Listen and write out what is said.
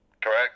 correct